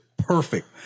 Perfect